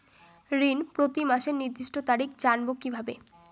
ঋণ প্রতিমাসের নির্দিষ্ট তারিখ জানবো কিভাবে?